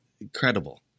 incredible